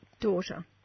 daughter